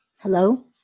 Hello